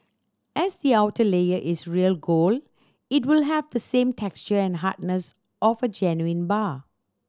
as the outer layer is real gold it will have the same texture and hardness of a genuine bar